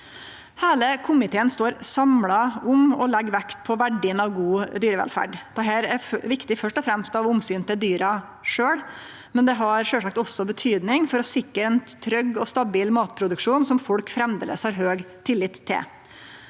Heile komiteen står saman om å leggje vekt på verdien av god dyrevelferd. Dette er viktig først og fremst av omsyn til dyra sjølve, men det har sjølvsagt også betydning for å sikre ein trygg og stabil matproduksjon som folk framleis har høg tillit til.